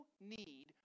need